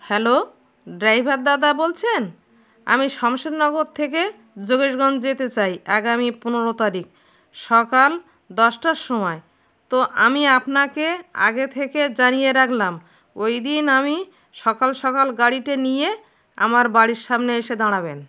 hello driver দাদা বলছেন আমি শমশেরগর থেকে জবীরগঞ্জ যেতে চাই আগামী পনেরো তারিখ সকাল দশটার সময় তো আমি আপনাকে আগে থেকে জানিয়ে রাখলাম ওই দিন আমি সকাল সকাল গাড়িটা নিয়ে আমার বাড়ির সামনে এসে দাঁড়াবেন